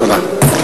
תודה.